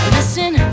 Listen